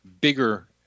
bigger